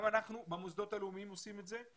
גם אנחנו, במוסדות הלאומיים, עושים את זה,